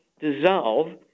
dissolve